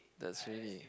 that's really